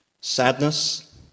sadness